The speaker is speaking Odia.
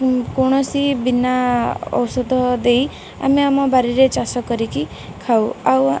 କୌଣସି ବିନା ଔଷଧ ଦେଇ ଆମେ ଆମ ବାଡ଼ିରେ ଚାଷ କରିକି ଖାଉ ଆଉ